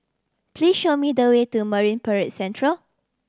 please show me the way to Marine Parade Central